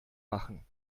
machen